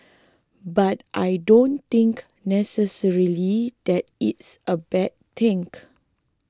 but I don't think necessarily that it's a bad thing